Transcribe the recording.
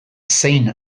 zein